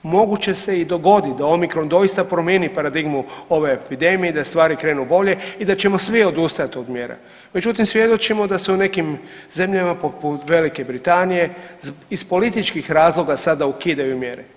Moguće se i dogodi da omikron doista promijeni paradigmu ove epidemije i da stvari krenu bolje i da ćemo svi odustati od mjera, međutim svjedočimo da se u nekim zemljama poput Velike Britanije iz političkih razloga sada ukidaju mjere.